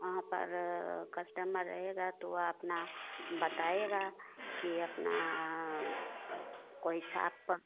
वहाँ पर कस्टमर रहेगा तो अपना बताएगा कि अपना कोई छाप